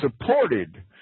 supported